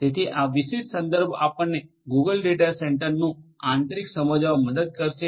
તેથી આ વિશિષ્ટ સંદર્ભ આપણને ગૂગલ ડેટા સેન્ટરનું આંતરિક સમજવામાં મદદ કરશે